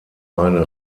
eine